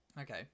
Okay